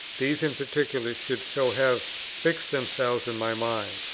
these in particular should so have fixed themselves in my mind,